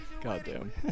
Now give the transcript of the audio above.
Goddamn